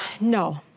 no